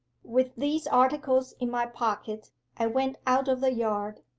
with these articles in my pocket i went out of the yard,